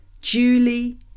Julie